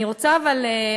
אני רוצה אבל,